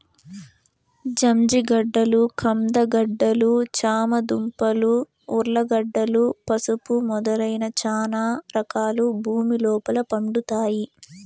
జంజిగడ్డలు, కంద గడ్డలు, చామ దుంపలు, ఉర్లగడ్డలు, పసుపు మొదలైన చానా రకాలు భూమి లోపల పండుతాయి